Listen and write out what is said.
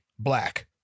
Black